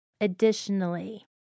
Additionally